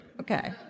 okay